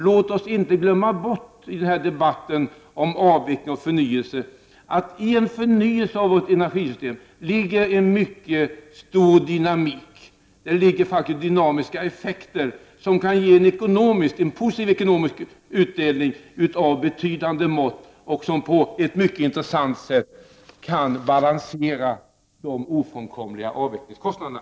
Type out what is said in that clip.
Låt oss inte glömma bort i denna debatt om avveckling och förnyelse att det ligger dynamiska effekter i en förnyelse av vårt energisystem. Dessa effekter kan ge en positiv ekonomisk utdelning av betydande mått och på ett mycket intressant sätt balansera de ofrånkomliga avvecklingskostnaderna.